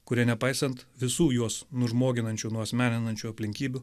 kurie nepaisant visų juos nužmoginančių nuasmeninančių aplinkybių